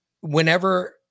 whenever